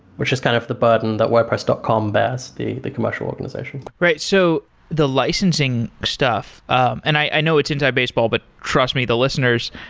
which is kind of the burden that wordpress dot com bears the the commercial organization right. so the licensing stuff, and i know it's inside baseball, but trust me, the listeners,